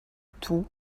tout